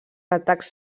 atacs